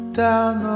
down